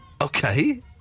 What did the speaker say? Okay